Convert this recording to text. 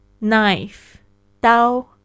knife,刀